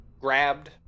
grabbed